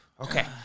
Okay